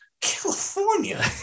California